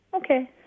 Okay